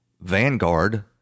vanguard